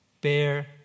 Bear